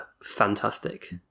fantastic